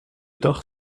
dag